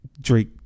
Drake